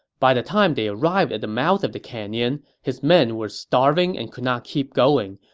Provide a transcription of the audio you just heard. by the time they arrived at the mouth of the canyon, his men were starving and could not keep going.